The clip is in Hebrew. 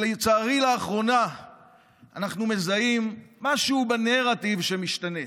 לצערי, לאחרונה אנחנו מזהים משהו בנרטיב שמשתנה,